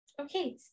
Okay